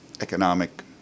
economic